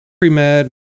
pre-med